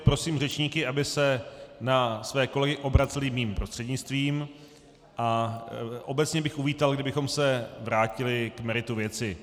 Prosím řečníky, aby se na své kolegy obraceli mým prostřednictvím, a obecně bych uvítal, kdybychom se vrátili k meritu věci.